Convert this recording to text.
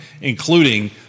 including